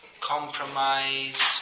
compromise